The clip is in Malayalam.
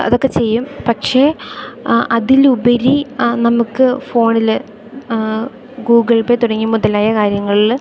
അതൊക്കെ ചെയ്യും പക്ഷേ അതിലുപരി നമുക്ക് ഫോണിൽ ഗൂഗിൾ പേ തുടങ്ങിയ മുതലായ കാര്യങ്ങളിൽ